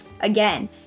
Again